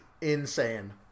insane